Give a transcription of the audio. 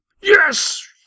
Yes